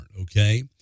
okay